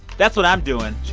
that's what i'm doing